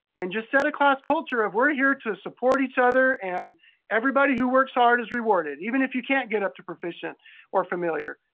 and just set a class culture of we're here to support each other and everybody who works hard is rewarded, even if you can't get up to proficient or familiar.